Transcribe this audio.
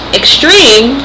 extreme